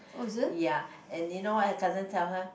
ya and you know what her cousin tell her